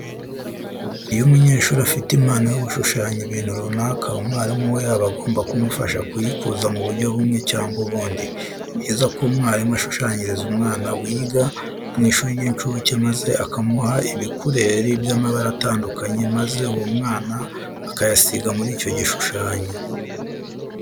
Iyo umunyeshuri afite impano yo gushushanya ibintu runaka, umwarimu we aba agomba kumufasha kuyikuza mu buryo bumwe cyangwa ubundi. Ni byiza ko umwarimu ashushanyiriza umwana wiga mu ishuri ry'incuke maze akamuha ibikureri by'amabara atandukanye, maze uwo mwana akayasiga muri icyo gishushanyo.